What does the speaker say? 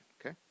okay